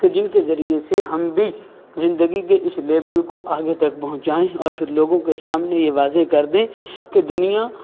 کہ جن کے ذریعہ سے ہم بھی زندگی کے اس لیبل کو آگے تک پہنچائیں اور پھر لوگوں کے سامنے یہ واضح کر دیں کہ دنیا